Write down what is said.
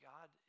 God